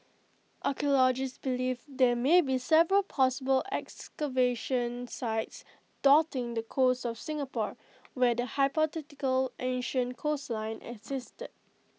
archaeologists believe there may be several possible excavation sites dotting the coast of Singapore where the hypothetical ancient coastline existed